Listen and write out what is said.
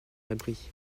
abri